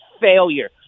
failure